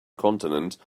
continent